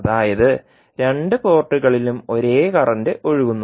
അതായത് രണ്ട് പോർട്ടുകളിലും ഒരേ കറന്റ് ഒഴുകുന്നു